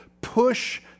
push